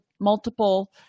multiple